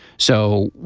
so